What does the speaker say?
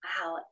Wow